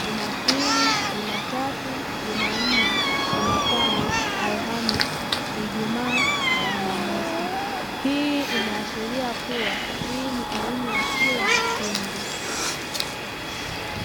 Jumapili, Jumatatu, Jumanne, Jumatano, Alhamisi, Ijumaa na Jumamosi. Hii inaashiria kuwa hii ni elimu ya shule ya msingi.